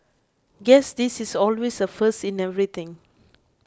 guess this is always a first in everything